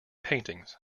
paintings